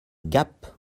gap